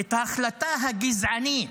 את ההחלטה הגזענית,